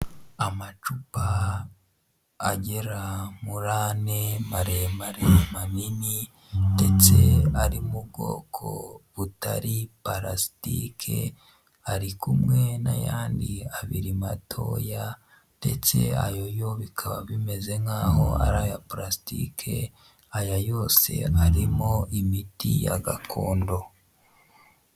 Amacupa agera muri ane maremare minini ndetse ari mu bwoko butari parasitike, ari kumwe n'ayandi abiri matoya ndetse ayo yo bikaba bimeze nk'aho ari aya parasitike, aya yose arimo imiti ya gakondo.